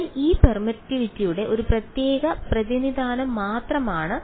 അതിനാൽ ഇത് പെർമിറ്റിവിറ്റിയുടെ ഒരു പ്രത്യേക പ്രതിനിധാനം മാത്രമാണ്